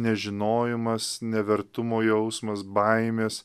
nežinojimas nevertumo jausmas baimės